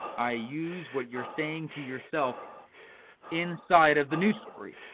i use what you're saying to yourself inside of the new story.